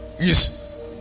Yes